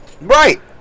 Right